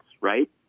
right